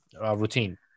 routine